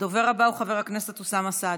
הדובר הבא הוא חבר הכנסת אוסאמה סעדי,